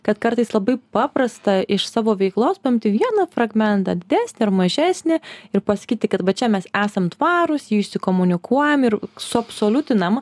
kad kartais labai paprasta iš savo veiklos paimti vieną fragmentą didesnį ar mažesnį ir pasakyti kad čia mes esam tvarūs jį išsikomunikuojam ir suabsoliutinam